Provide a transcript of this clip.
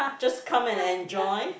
just come and enjoy